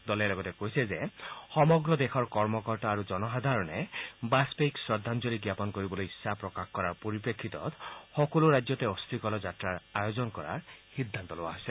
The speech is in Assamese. দলে লগতে কৈছে যে সমগ্ৰ দেশৰ কৰ্মকৰ্তা তথা জনসাধাৰণে বাজপেয়ীক শ্ৰদ্ধাঞ্জলি জ্ঞাপন কৰিবলৈ ইচ্ছা প্ৰকাশ কৰাৰ পৰিপ্ৰেক্ষিতত সকলো ৰাজ্যতে অস্থিকলহ যাত্ৰাৰ আয়োজন কৰাৰ সিদ্ধান্ত লোৱা হৈছে